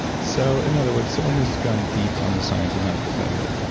so in other words someone who's gone deep on the science and medical side of it,